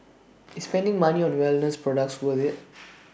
is spending money on wellness products worth IT